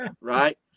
right